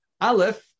Aleph